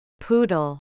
Poodle